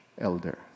elder